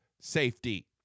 safety